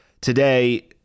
today